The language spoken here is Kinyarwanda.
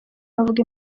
bavuga